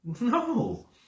No